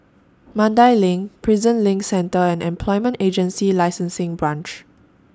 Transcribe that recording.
Mandai LINK Prison LINK Centre and Employment Agency Licensing Branch